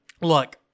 look